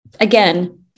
again